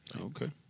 Okay